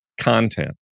content